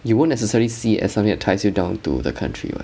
you won't necessarily see it as something that ties you down to the country [what]